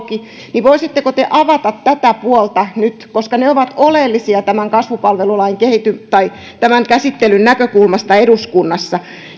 auki voisitteko te avata tätä puolta nyt koska ne ovat oleellisia tämän käsittelyn näkökulmasta eduskunnassa